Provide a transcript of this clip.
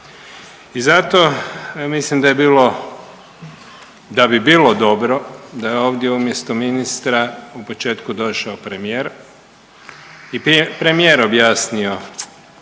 da je bilo da bi bilo dobro da je ovdje umjesto ministra u početku došao premijer i premijer objasnio